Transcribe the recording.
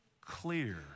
clear